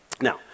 Now